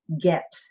get